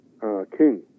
king